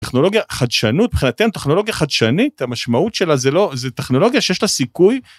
טכנולוגיה חדשנות מבחינתי טכנולוגיה חדשנית המשמעות שלה זה לא זה טכנולוגיה שיש לה סיכוי.